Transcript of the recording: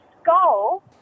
skull